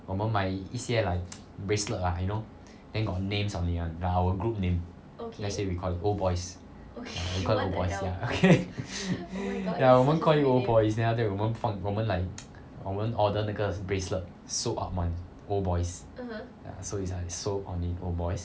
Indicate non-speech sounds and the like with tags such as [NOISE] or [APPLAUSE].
我们买一些 like [NOISE] bracelet ah you know then got names on it [one] like our group name let's say we call it old boys we call old boys ya okay [LAUGHS] ya 我们 call it old boys then 我们放我们 like [NOISE] 我们 order 那个 bracelet sewed up [one] old boys ya so it's like sewed on it old boys